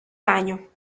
baño